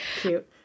Cute